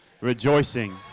rejoicing